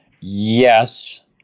Yes